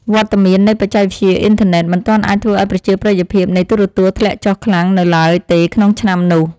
វត្តមាននៃបច្ចេកវិទ្យាអ៊ីនធឺណិតមិនទាន់អាចធ្វើឱ្យប្រជាប្រិយភាពនៃទូរទស្សន៍ធ្លាក់ចុះខ្លាំងនៅឡើយទេក្នុងឆ្នាំនោះ។